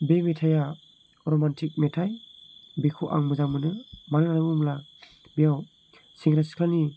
बे मेथाया रमान्टिक मेथाय बेखौ आं मोजां मोनो मानो होननानै बुंब्ला बेयाव सेंग्रा सिख्लानि